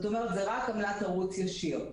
כלומר זה רק עמלת ערוץ ישיר,